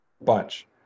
Bunch